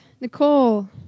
Nicole